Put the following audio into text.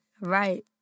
Right